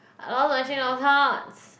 I lost my train of thoughts